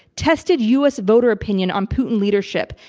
tested u. s. voter opinion on putin leadership,